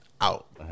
out